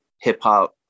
hip-hop